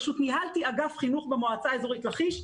ניהלתי אגף חינוך במועצה האזורית לכיש,